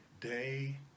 day